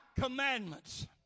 commandments